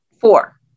four